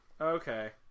Okay